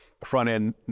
front-end